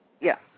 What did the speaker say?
yes